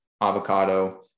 avocado